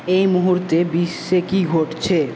এই মুহূর্তে বিশ্বে কী ঘটছে